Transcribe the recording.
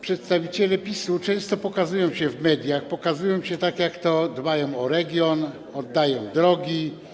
Przedstawiciele PiS-u często pokazują się w mediach, pokazują, jak to dbają o region, oddają drogi.